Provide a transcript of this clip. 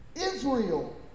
Israel